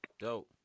Dope